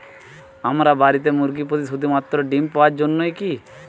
আমরা বাড়িতে মুরগি পুষি শুধু মাত্র ডিম পাওয়ার জন্যই কী?